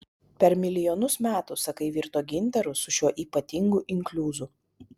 per milijonus metų sakai virto gintaru su šiuo ypatingu inkliuzu